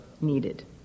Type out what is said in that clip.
needed